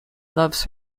loves